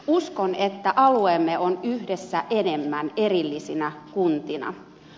uskon että alueemme on yhdessä enemmän erillisinä kuntina